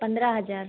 पन्द्रह हज़ार